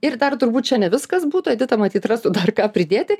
ir dar turbūt čia ne viskas būtų edita matyt rastų dar ką pridėti